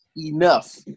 enough